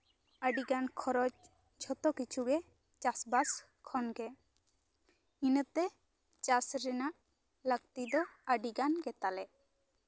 ᱟᱹᱰᱤᱜᱟᱱ ᱠᱷᱚᱨᱚᱪ ᱡᱷᱚᱛᱚ ᱠᱤᱪᱷᱩ ᱜᱮ ᱪᱟᱥ ᱵᱟᱥ ᱠᱷᱚᱱᱜᱮ ᱤᱱᱟᱹᱛᱮ ᱪᱟᱥ ᱨᱮᱱᱟᱜ ᱞᱟ ᱠᱛᱤ ᱫᱚ ᱟᱹᱰᱤᱜᱟᱱ ᱜᱮᱛᱟᱞᱮ